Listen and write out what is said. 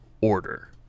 order